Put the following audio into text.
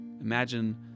Imagine